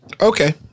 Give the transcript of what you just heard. Okay